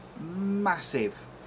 massive